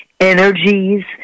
energies